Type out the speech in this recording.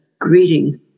greeting